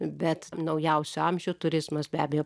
bet naujausių amžių turizmas be abejo